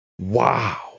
wow